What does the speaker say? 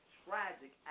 tragic